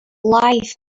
life